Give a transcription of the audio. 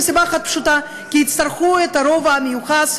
מסיבה אחת פשוטה: כי יצטרכו את הרוב המיוחס,